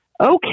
Okay